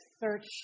search